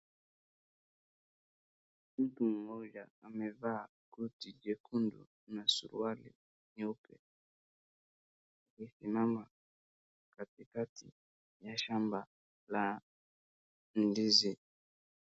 Mtu mmoja amevaa koti jekundu na suruali nyeupe amesimama katikati ya shamba la ndizi.